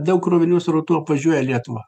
daug krovinių srautų apvažiuoja lietuvą